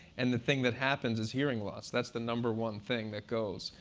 and the thing that happens is hearing loss. that's the number one thing that goes,